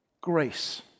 grace